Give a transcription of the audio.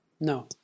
No